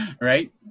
right